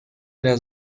era